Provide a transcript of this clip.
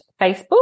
Facebook